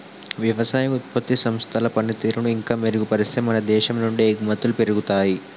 వ్యవసాయ ఉత్పత్తి సంస్థల పనితీరును ఇంకా మెరుగుపరిస్తే మన దేశం నుండి ఎగుమతులు పెరుగుతాయి